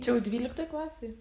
čia jau dvyliktoj klasėj